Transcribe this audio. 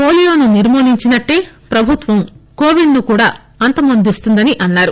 పోలియోను నిర్మూలించినట్లే ప్రభుత్వం కోవిడ్ ను కూడా అంతమోందిస్తుందీ అన్నారు